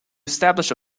establish